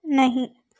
नहीं